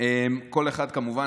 כמובן,